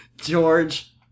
George